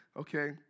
Okay